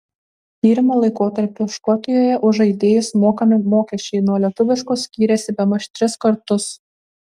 tyrimo laikotarpiu škotijoje už žaidėjus mokami mokesčiai nuo lietuviškų skyrėsi bemaž tris kartus